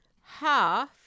half